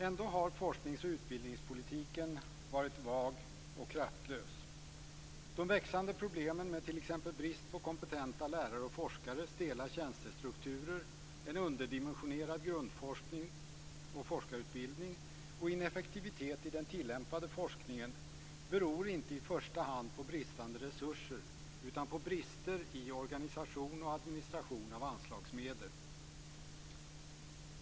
Ändå har forskningsoch utbildningspolitiken varit vag och kraftlös. De växande problemen med t.ex. brist på kompetenta lärare och forskare, stela tjänstestrukturer, en underdimensionerad grundforskning och forskarutbildning och ineffektivitet i den tillämpade forskningen beror inte i första hand på bristande resurser utan på brister i organisationen och administrationen av anslagsmedel.